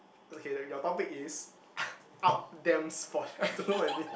okay that your topic is out damn sport I don't know what is means